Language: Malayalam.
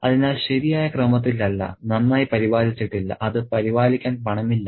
അതിനാൽ ശരിയായ ക്രമത്തിലല്ല നന്നായി പരിപാലിച്ചിട്ടില്ല അത് പരിപാലിക്കാൻ പണമില്ല